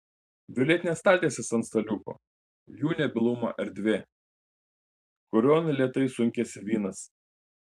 violetinės staltiesės ant staliukų jų nebylumo erdvė kurion lėtai sunkiasi vynas